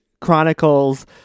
chronicles